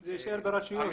זה יישאר ברשויות.